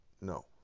no